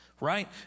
Right